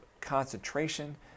concentration